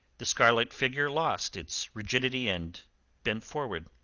the scarlet figure lost its rigidity, and bent forward.